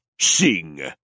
Sing